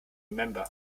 remember